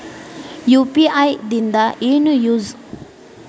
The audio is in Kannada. ಯು.ಪಿ.ಐ ದಿಂದ ಏನು ಯೂಸ್?